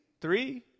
three